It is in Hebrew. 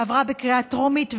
והיא עברה בקריאה טרומית,